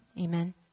Amen